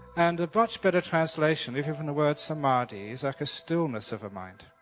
and a much better translation if given the word samadhi is like a stillness of a mind,